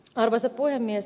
arvoisa puhemies